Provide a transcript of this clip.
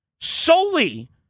solely